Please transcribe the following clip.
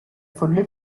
fully